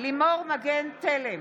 לימור מגן תלם,